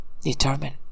determine